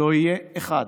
לא יהיה אחד